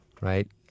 right